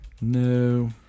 No